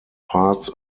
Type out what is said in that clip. parts